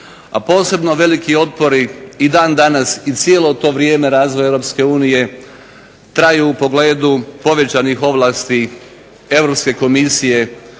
a posebno veliki otpori i dan danas i cijelo to vrijeme razvoja Europske unije traju u pogledu povećanih ovlasti Europske